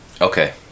Okay